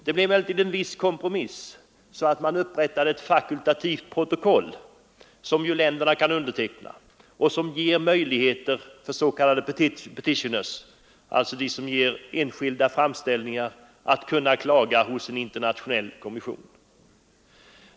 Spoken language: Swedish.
Det blev emellertid en viss kompromiss på så sätt att det upprättades ett fakultativt protokoll, som länderna kan underteckna och som ger möjlighet för s.k. petitioners — enskilda som inger framställningar — att klaga hos en internationell kommission.